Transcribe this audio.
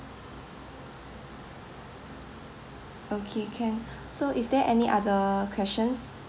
okay can so is there any other questions